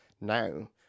now